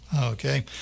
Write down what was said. Okay